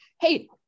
Hey